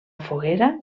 foguera